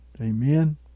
Amen